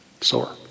Soar